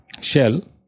Shell